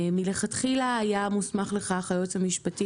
מלכתחילה היה מוסמך לכך היועץ המשפטי